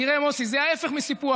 סיפוח.